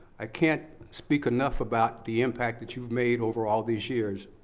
i can't speak enough about the impact that you've made over all these years.